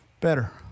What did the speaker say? better